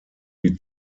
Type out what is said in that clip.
die